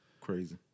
crazy